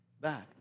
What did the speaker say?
back